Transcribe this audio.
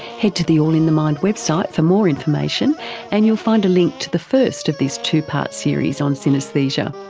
head to the all in the mind website for more information and you'll find a link to the first of this two-part series on synaesthesia.